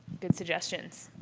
good suggestions.